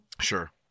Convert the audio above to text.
Sure